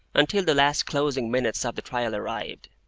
until the last closing minutes of the trial arrived.